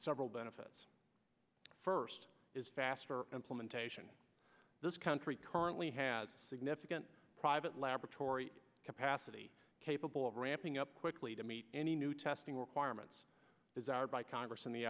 several benefits first is faster implementation this country currently has significant private laboratory capacity capable of ramping up quickly to meet any new testing requirements desired by congress and the